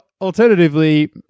alternatively